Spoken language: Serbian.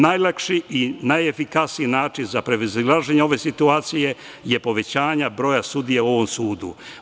Najlakši i najefikasniji način za prevazilaženje ove situacije je povećanje broja sudija u ovom sudu.